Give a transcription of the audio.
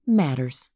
matters